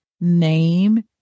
name